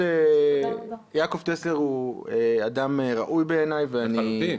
יעקב טסלר הוא אדם ראוי בעיניי, -- לחלוטין.